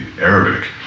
Arabic